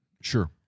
Sure